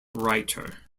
writer